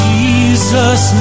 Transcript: Jesus